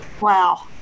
Wow